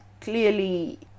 clearly